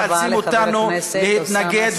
ומאלצים אותנו להתנגד,